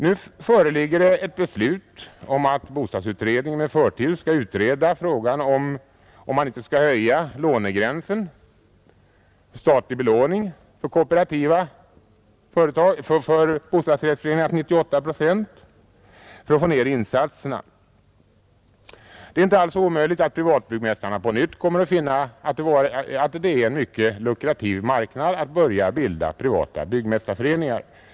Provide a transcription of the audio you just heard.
Nu föreligger det ett beslut om att bostadsutredningen med förtur skall utreda frågan om man inte skall höja gränsen för statlig belåning för bostadsrättsföreningar till 98 procent för att få ned insatserna, Det är inte alls omöjligt att privatbyggmästarna på nytt kommer att finna att det är en mycket lukrativ marknad att börja bilda privata byggmästarföreningar.